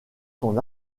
son